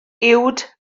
uwd